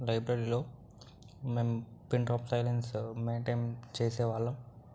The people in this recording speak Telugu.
లైబ్రరీలో మేము పిన్ డ్రాప్ సైలెన్స్ మైంటైన్ చేసే వాళ్ళం